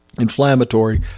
inflammatory